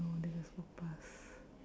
no they just walk pass